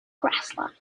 grassland